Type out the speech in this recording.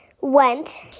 went